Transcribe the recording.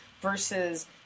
versus